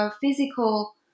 physical